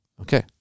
Okay